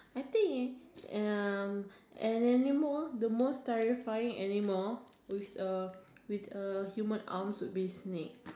I think in um an animal the most terrifying animal with a with a human arms would be snake